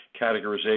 categorization